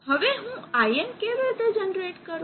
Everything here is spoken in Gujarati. હવે હું Im કેવી રીતે જનરેટ કરું